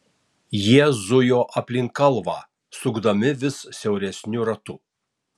jie zujo aplink kalvą sukdami vis siauresniu ratu